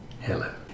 hello